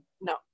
No